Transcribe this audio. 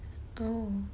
oh